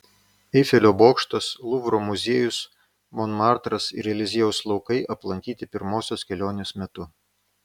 eifelio bokštas luvro muziejus monmartras ir eliziejaus laukai aplankyti pirmosios kelionės metu